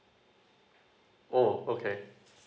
oh okay